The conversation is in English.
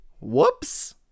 Whoops